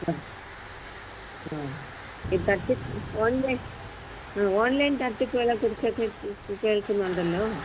ആ ആ ഈ തട്ടിപ്പ് ഓൺലൈൻ ആ ഓൺലൈൻ തട്ടിപ്പുകളെ കുറിച്ചൊക്കെ ഇപ്പോൾ കേൾക്കുന്നുണ്ടല്ലോ